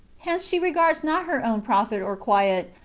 hence she regards not her own profit or quiet,